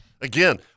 Again